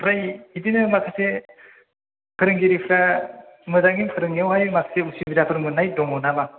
ओमफ्राय बिदिनो माखासे फोरोंगिरिफ्रा मोजाङै फोरोंनायावहाय माखासे उसुबिदाफोर मोन्नाय दङ नामा